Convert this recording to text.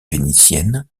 vénitienne